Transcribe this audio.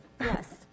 Yes